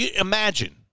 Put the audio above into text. imagine